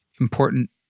important